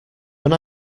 when